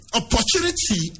opportunity